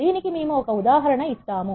దీనికి మేము ఒక ఒక ఉదాహరణ ఇస్తాము